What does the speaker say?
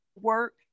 work